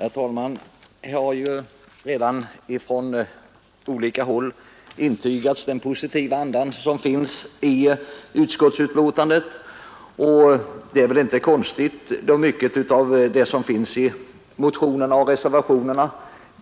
Herr talman! Man har ju redan från olika håll omvittnat den positiva andan i utskottsbetänkandet, och det är väl inte konstigt då mycket i motionerna och reservationerna